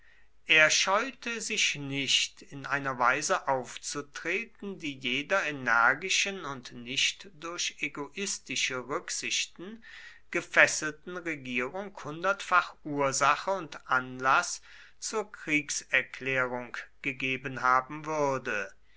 er scheute sich nicht in einer weise aufzutreten die jeder energischen und nicht durch egoistische rücksichten gefesselten regierung hundertfach ursache und anlaß zur kriegserklärung gegeben haben würde